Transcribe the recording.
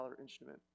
instrument